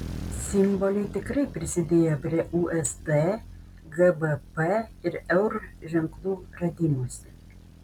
simboliai tikrai prisidėjo prie usd gbp ir eur ženklų radimosi